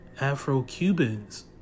Afro-Cubans